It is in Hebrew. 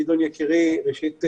גדעון יקירי, ראשית,